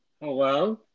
Hello